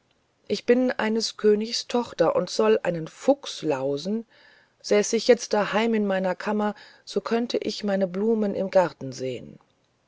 ich bin eines königs tochter und soll einen fuchs lausen säß ich jetzt daheim in meiner kammer so könnt ich meine blumen im garten sehen